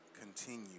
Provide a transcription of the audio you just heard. continue